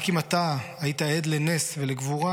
רק אם אתה היית עד לנס ולגבורה,